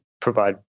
provide